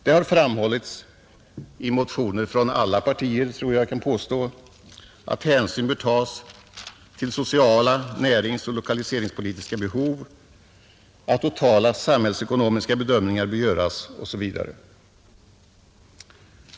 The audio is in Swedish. Det har framhållits i motioner från alla partier — det kan jag nog påstå — att hänsyn bör tas till sociala, näringsoch lokaliseringspolitiska behov, att totala samhällsekonomiska bedömningar bör göras osv.